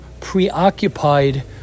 Preoccupied